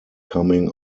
coming